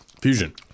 fusion